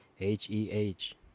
H-E-H